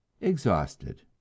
exhausted